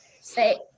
say